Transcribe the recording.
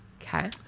Okay